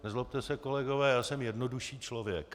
Nezlobte se, kolegové, já jsem jednodušší člověk.